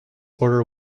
order